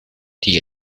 die